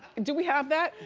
do we have that?